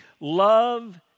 love